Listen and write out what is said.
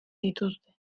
dituzte